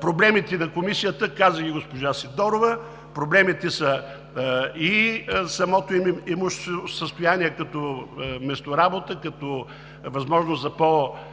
Проблемите на Комисията – каза и госпожа Сидорова – проблемите са и самото имуществено състояние като месторабота, като възможност за по-ефективна